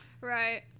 right